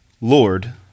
Lord